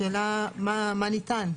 השאלה מה ניתן?